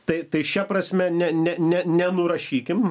tai šia prasme ne ne ne nenurašykim